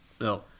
No